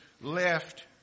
left